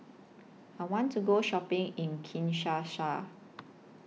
I want to Go Shopping in Kinshasa